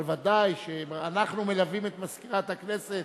אבל ודאי שאנחנו מלווים את מזכירת הכנסת,